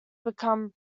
become